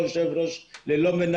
ללא יושב-ראש,